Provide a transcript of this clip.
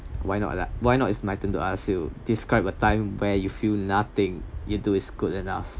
why not lah why not is my turn to ask you describe the time where you feel nothing you do is good enough